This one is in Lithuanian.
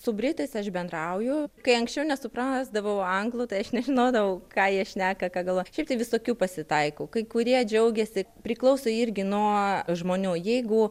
su britais aš bendrauju kai anksčiau nesuprasdavau anglų tai aš nežinodavau ką jie šneka ką galvoja šiaip tai visokių pasitaiko kai kurie džiaugiasi priklauso irgi nuo žmonių jeigu